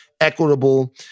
equitable